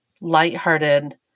lighthearted